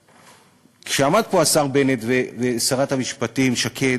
כשעמדו פה השר בנט ושרת המשפטים שקד,